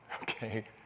okay